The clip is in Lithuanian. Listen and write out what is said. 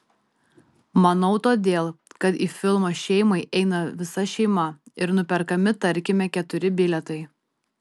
manau todėl kad į filmą šeimai eina visa šeima ir nuperkami tarkime keturi bilietai